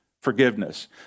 forgiveness